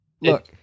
Look